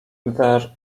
there